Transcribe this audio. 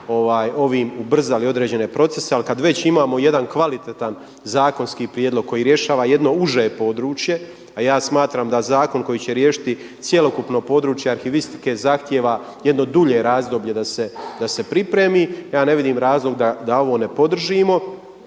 ovim ubrzali određene procese. Ali kada već imamo jedan kvalitetan zakonski prijedlog koji rješava jedno uže područje, a ja smatram da zakon koji će riješiti cjelokupno područje arhivistike zahtjeva jedno dulje razdoblje da se pripremi. Ja ne vidim razlog da ovo ne podržimo.